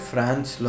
France